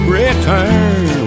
return